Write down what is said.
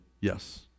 yes